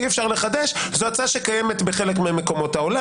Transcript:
זו הצעה שקיימת בחלק ממדינות העולם.